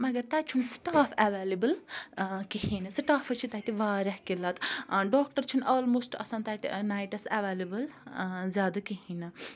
مَگَر تَتہِ چھُنہٕ سٹاف اَویلیبل کِہینۍ نہ سٹافِچ چھِ تَتہِ واریاہ قِلَت ڈاکٹَر چھِنہٕ آلموسٹ آسان تَتہِ نایٹَس اَویلیبل زیادٕ کِہینۍ نہ